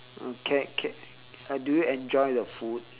can can do you enjoy the food